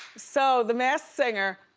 so the masked singer,